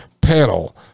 panel